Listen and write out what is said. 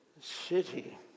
city